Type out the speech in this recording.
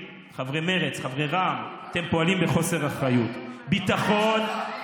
לאחר שהקפדתי לתאר את חוסר האחריות של האופוזיציה,